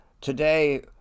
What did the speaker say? Today